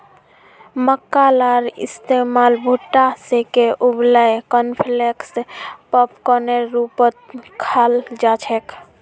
मक्कार इस्तमाल भुट्टा सेंके उबलई कॉर्नफलेक्स पॉपकार्नेर रूपत खाल जा छेक